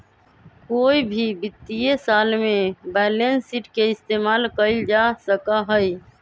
कोई भी वित्तीय साल में बैलेंस शीट के इस्तेमाल कइल जा सका हई